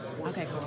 Okay